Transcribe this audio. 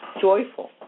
Joyful